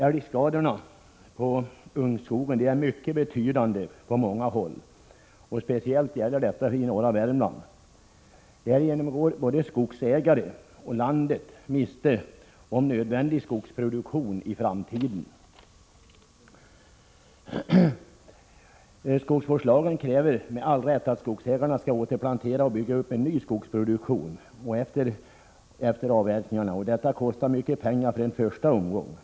Älgskadorna på ungskogen är mycket betydande på många håll, och detta gäller speciellt i norra Värmland. Därigenom går både skogsägare och landet miste om nödvändig skogsproduktion i framtiden. Enligt skogsvårdslagen krävs, med all rätt, att skogsägarna skall återplantera skog och bygga upp en ny skogsproduktion efter avverkning. Detta kostar mycket pengar i en första omgång.